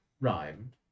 rhyme